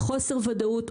חוסר וודאות,